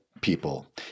people